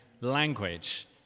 language